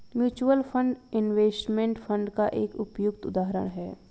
mutual fund investment fund का एक उपयुक्त उदाहरण है